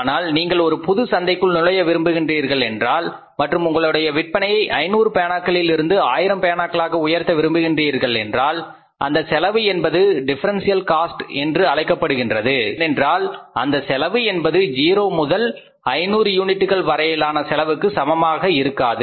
ஆனால் நீங்கள் ஒரு புது சந்தைக்குள் நுழைய விரும்புகின்றீர்களென்றால் மற்றும் உங்களுடைய விற்பனையை 500 பேனாக்களில் இருந்து ஆயிரம் பேனாக்களாக உயர்த்த விரும்புகின்றீர்களென்றால் அந்த செலவு என்பது டிஃபரெண்சியல் காஸ்ட் என்று அழைக்கப்படுகின்றது ஏனென்றால் அந்த செலவு என்பது 0 முதல் 500 யூனிட்டுகள் வரையிலான செலவுக்கு சமமாக இருக்காது